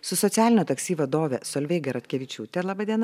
su socialinio taksi vadovė solveiga ratkevičiūte laba diena